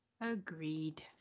Agreed